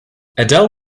adele